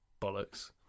bollocks